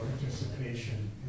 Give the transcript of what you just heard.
participation